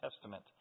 Testament